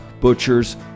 butchers